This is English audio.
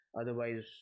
Otherwise